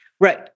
Right